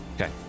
Okay